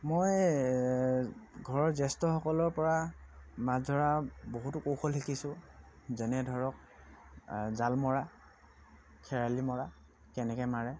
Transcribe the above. মই ঘৰৰ জ্যেষ্ঠসকলৰপৰা মাছ ধৰা বহুতো কৌশল শিকিছোঁ যেনে ধৰক জাল মৰা শেৱালি মৰা কেনেকৈ মাৰে